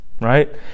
right